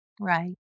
Right